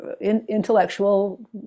intellectual